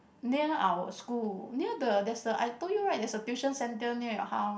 near our school near the there's a I told you right there's a tuition centre near your house